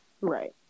Right